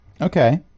okay